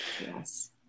Yes